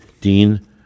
Dean